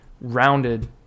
rounded